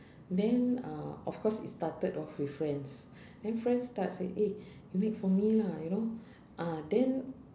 then uh of course it started off with friends then friends start say eh you make for me lah you know ah then